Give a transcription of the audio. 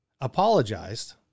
apologized